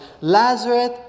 Lazarus